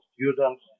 students